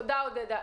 תודה, עודדה.